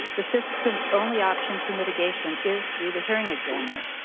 the systems' only options for mitigation is through the hearing examiner,